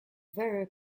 very